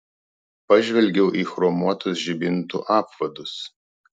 pažvelgiau į chromuotus žibintų apvadus